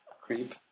creep